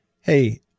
Hey